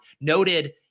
Noted